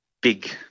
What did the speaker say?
big